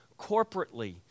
corporately